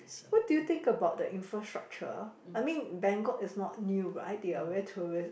what do you think about the infrastructure I mean Bangkok is not new right they are very tourist